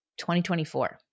2024